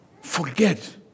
forget